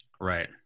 Right